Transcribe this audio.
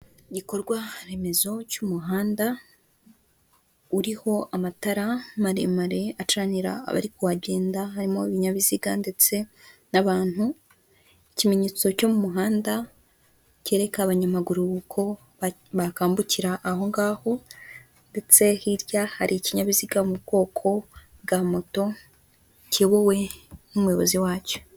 Igikorwa remezo cy'umuhanda uriho amatara maremare acanira abari kuhagenda, harimo ibinyabiziga ndetse n'abantu. Ikimenyetso cyo mu muhanda kereka abanyamaguru uko bakambukira ahongaho ndetse hirya hari ikinyabiziga mu bwoko bwa moto kiyobowe n'umuyobozi wacyo.